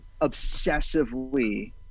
obsessively